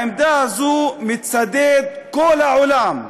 בעמדה הזאת מצדד כל העולם.